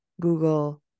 Google